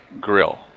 grill